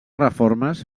reformes